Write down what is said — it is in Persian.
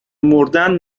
مردن